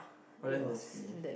oh that's nasty